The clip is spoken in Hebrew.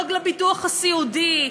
לדאוג לביטוח הסיעודי,